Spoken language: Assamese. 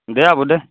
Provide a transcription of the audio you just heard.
দে হ'ব দে